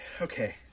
okay